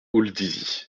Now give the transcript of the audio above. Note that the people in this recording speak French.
houldizy